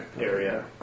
area